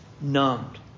numbed